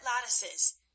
lattices